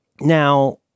Now